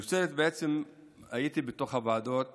הייתי בוועדות